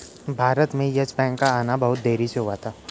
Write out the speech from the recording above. भारत में Yes Bank का आना बहुत ही देरी से हुआ था